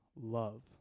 love